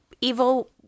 evil